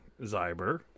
Zyber